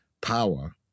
power